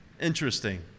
Interesting